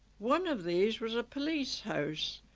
one of these was a police house.